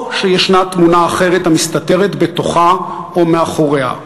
או שישנה תמונה אחרת המסתתרת בתוכה או מאחוריה.